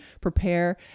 prepare